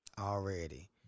Already